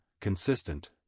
consistent